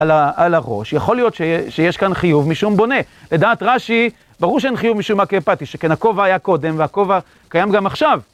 על הראש, יכול להיות שיש כאן חיוב משום בונה. לדעת רש"י, ברור שאין חיוב משום אקייפטי, שכן הכובע היה קודם והכובע קיים גם עכשיו.